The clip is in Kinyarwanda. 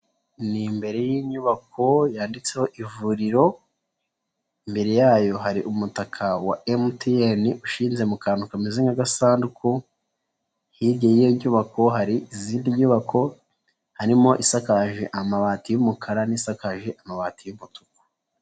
Ni imbere y'inyubako yanditseho ivuriro, imbere yayo hari umutaka wa MTN ushinze mu kantu kameze nk'agasanduku, hirya y'iyo nyubako hari izindi nyubako, harimo isakaje amabati y'umukara n'isakaje amabati y'umutuku.